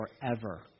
forever